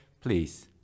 please